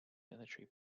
military